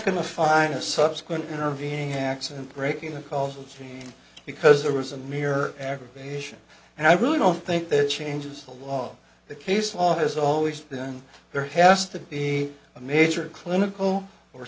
going to find a subsequent intervening accident breaking the causal chain because there was a mere aggravation and i really don't think that changes the law the case law has always been there has to be a major clinical or